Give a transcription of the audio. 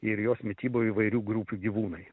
ir jos mityboj įvairių grupių gyvūnai